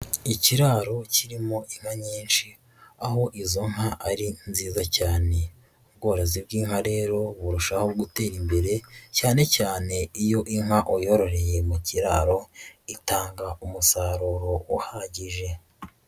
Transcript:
Ikiraro kirimo inka nyinshi aho izo nka ari nziza cyane. Ubworozi bw'inka rero burushaho gutera imbere cyane cyane iyo inka uyororeye mu kiraro itanga umusaruro uhagije.